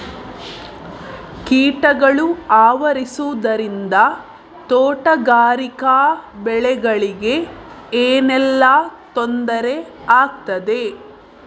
ಕೀಟಗಳು ಆವರಿಸುದರಿಂದ ತೋಟಗಾರಿಕಾ ಬೆಳೆಗಳಿಗೆ ಏನೆಲ್ಲಾ ತೊಂದರೆ ಆಗ್ತದೆ?